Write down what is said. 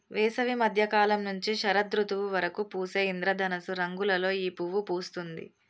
వేసవి మద్య కాలం నుంచి శరదృతువు వరకు పూసే ఇంద్రధనస్సు రంగులలో ఈ పువ్వు పూస్తుంది